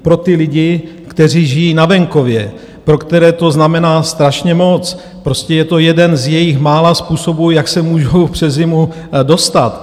Pro ty lidi, kteří žijí na venkově, pro které to znamená strašně moc, prostě je to jeden z jejich mála způsobů, jak se můžou přes zimu dostat.